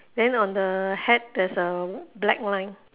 then on the hat there's a black line